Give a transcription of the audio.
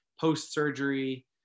post-surgery